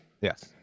yes